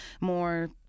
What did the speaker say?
more